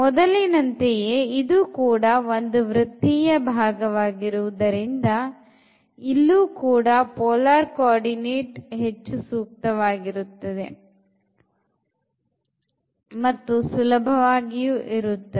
ಮೊದಲಿನಂತೆಯೇ ಇದೂ ಕೂಡ ಒಂದು ವೃತ್ತಿಯ ಭಾಗವಾಗಿರುವುದರಿಂದ ಇಲ್ಲೂ ಕೂಡ polar coordinate ಹೆಚ್ಚು ಸೂಕ್ತವಾಗಿರುತ್ತದೆ ಮತ್ತು ಸುಲಭವಾಗಿರುತ್ತದೆ